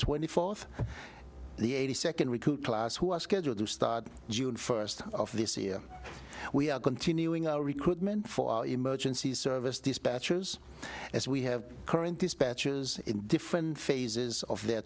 twenty fourth the eighty second recruit last who are scheduled to start june first of this year we are continuing our recruitment for emergency service dispatchers as we have current dispatchers in different phases of their